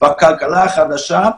בכלכלה החדשה,